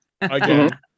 again